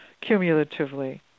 cumulatively